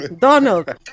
donald